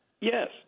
Yes